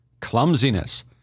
clumsiness